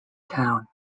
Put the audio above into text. town